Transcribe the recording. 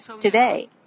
today